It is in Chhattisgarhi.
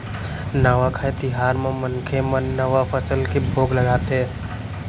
नवाखाई तिहार म मनखे मन नवा फसल के भोग लगाथे